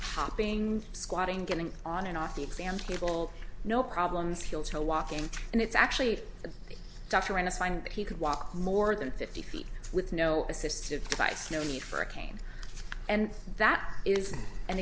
hopping squatting getting on and off the exam table no problems he'll tell walking and it's actually a doctor and a sign that he could walk more than fifty feet with no assisted sites no need for a cane and that is an